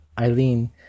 Eileen